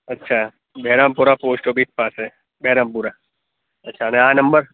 અચ્છા Behrampura post office પાસે બહેરામપુરા અરછા અને આ નંબર